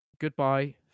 Goodbye